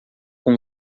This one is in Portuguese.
com